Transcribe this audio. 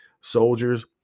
soldiers